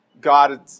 God